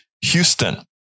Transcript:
Houston